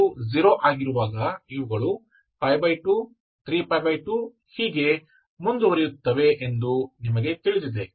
cos 0 ಆಗಿರುವಾಗ ಇವುಗಳು 23π2 ಹೀಗೆ ಮುಂದುವರೆಯುತ್ತವೆ ಎಂದು ನಿಮಗೆ ತಿಳಿದಿದೆ